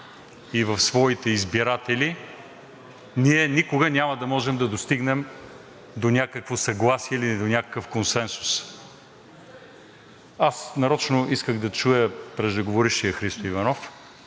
и в своите избиратели, ние никога няма да можем да достигнем до някакво съгласие или до някакъв консенсус. Нарочно исках да чуя преждеговорившия Христо Иванов